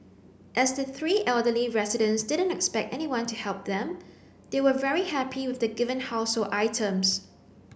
as the three elderly residents didn't expect anyone to help them they were very happy with the given household items